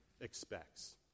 expects